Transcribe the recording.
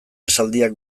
esaldiak